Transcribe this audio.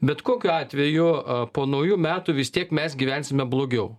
bet kokiu atveju po naujų metų vis tiek mes gyvensime blogiau